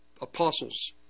apostles